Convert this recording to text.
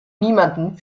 niemanden